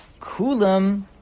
Kulam